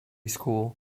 school